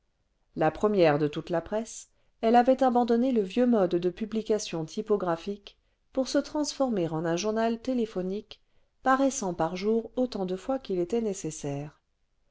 la première de tonte là presse elle avait abandonné le vieux mode de publication typographique pour se transformer en un journal téléphonique paraissant par jour autant de fois qu'il était nécessaire